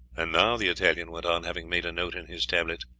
and now, the italian went on, having made a note in his tablets,